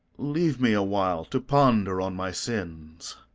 leave me a while to ponder on my sins.